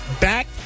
back